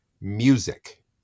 music